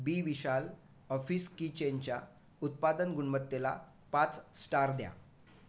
बी Vishal office किचेनच्या उत्पादन गुणवत्तेला पाच स्टार द्या